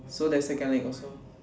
so there's second league also